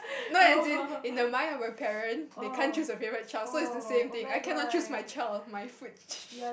no as in in the mind of your parents they can't choose a favourite child so it's the same thing I cannot choose my child of my fruits